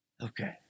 okay